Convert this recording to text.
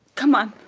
come on